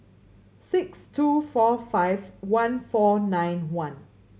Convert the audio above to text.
six two four five one four nine one